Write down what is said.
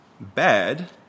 bad